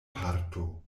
parto